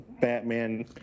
Batman